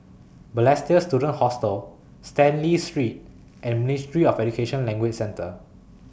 Balestier Student Hostel Stanley Street and Ministry of Education Language Centre